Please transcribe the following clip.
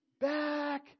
back